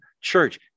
church